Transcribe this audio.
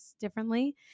differently